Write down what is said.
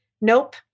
nope